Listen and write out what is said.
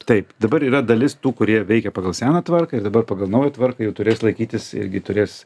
taip dabar yra dalis tų kurie veikia pagal seną tvarką ir dabar pagal naują tvarką jau turės laikytis irgi turės